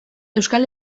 euskal